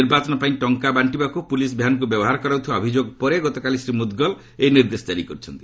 ନିର୍ବାଚନ ପାଇଁ ଟଙ୍କା ବାଷ୍ଟିବାକୁ ପୁଲିସ୍ ଭ୍ୟାନ୍କୁ ବ୍ୟବହାର କରାଯାଉଥିବା ଅଭିଯୋଗ ପରେ ଗତକାଲି ଶ୍ରୀ ମୁଦ୍ଗଲ ଏହି ନିର୍ଦ୍ଦେଶ କାରି କରିଛନ୍ତି